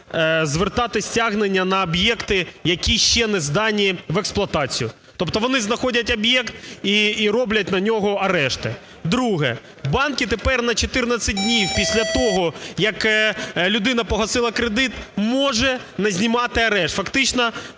звертати стягнення на об'єкти, які ще не здані в експлуатацію. Тобто вони знаходять об'єкт і роблять на нього арешти. Друге. Банки тепер на 14 днів після того, як людина погасила кредит, може не знімати арешт. Фактично